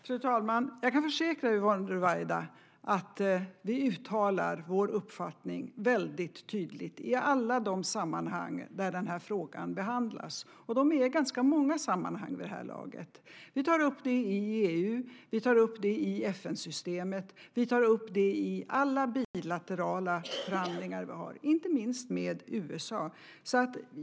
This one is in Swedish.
Fru talman! Jag kan försäkra Yvonne Ruwaida att vi uttalar vår uppfattning väldigt tydligt i alla de sammanhang där den här frågan behandlas, och det är ganska många sammanhang vid det här laget. Vi tar upp detta i EU, vi tar upp det i FN-systemet, vi tar upp det i alla bilaterala förhandlingar vi har, inte minst med USA.